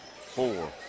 four